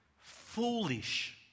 Foolish